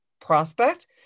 prospect